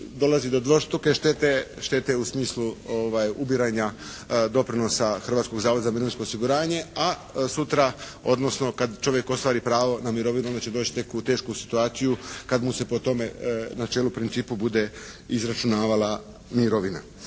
dolazi do dvostruke štete, štete u smislu ubiranja doprinosa Hrvatskog zavoda za mirovinsko osiguranje, a sutra odnosno kad čovjek ostvari pravo na mirovinu onda će doći tek u tešku situaciju kad mu se po tome načelu, principu bude izračunavala mirovina.